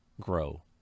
grow